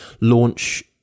launch